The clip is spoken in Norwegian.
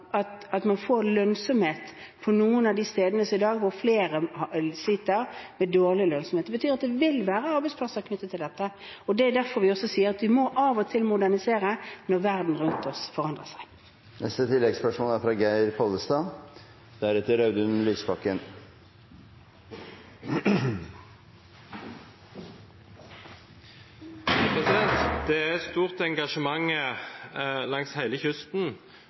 man får lønnsomhet på noen av de stedene hvor flere i dag sliter med dårlig lønnsomhet. Det betyr at det vil være arbeidsplasser knyttet til dette. Det er derfor vi sier at vi av og til må modernisere – når verden rundt oss forandrer seg. Geir Pollestad – til oppfølgingsspørsmål. Det er et stort engasjement langs hele kysten